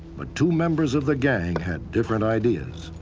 but two members of the gang had different ideas.